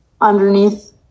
underneath